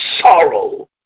sorrow